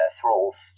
thralls